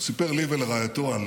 סיפר לי ולרעייתי, על